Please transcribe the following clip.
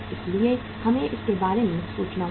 इसलिए हमें इसके बारे में सोचना होगा